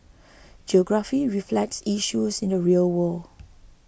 geography reflects issues in the real world